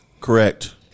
Correct